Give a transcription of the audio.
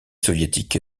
soviétique